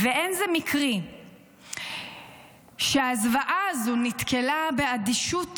ואין זה מקרי שהזוועה הזו נתקלה באדישות